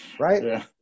right